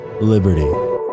liberty